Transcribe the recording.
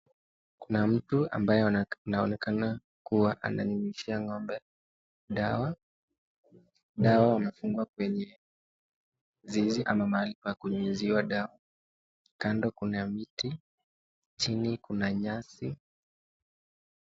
Kuna mtu ambaye anaonekana kuwa ananyunyizia ng'ombe dawa. Dawa wamefungwa kwenye zizi ama mahali pa kunyunyiziwa dawa. Kando kuna miti. Chini kuna nyasi.